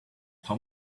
how